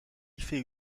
fait